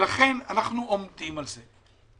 לכן אנחנו עומדים על זה.